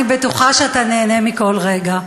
אני בטוחה שאתה נהנה מכל רגע.